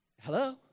Hello